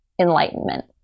enlightenment